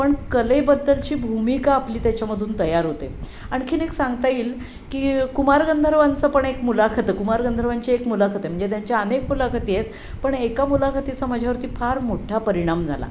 पण कलेबद्दलची भूमिका आपली त्याच्यामधून तयार होते आणखी एक सांगता येईल की कुमार गंधर्वांचं पण एक मुलाखत आहे कुमार गंधर्वांची एक मुलाखत आहे म्हणजे त्यांच्या अनेक मुलाखती आहेत पण एका मुलाखतीचा माझ्यावरती फार मोठा परिणाम झाला